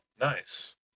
Nice